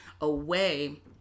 away